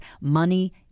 money